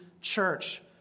church